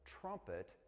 trumpet